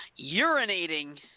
urinating